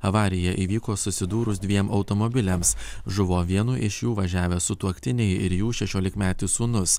avarija įvyko susidūrus dviem automobiliams žuvo vienu iš jų važiavę sutuoktiniai ir jų šešiolikmetis sūnus